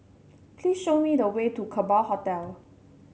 please show me the way to Kerbau Hotel